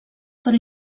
per